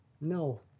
No